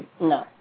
No